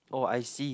oh I see